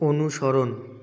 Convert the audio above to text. অনুসরণ